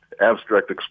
abstract